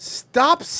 stop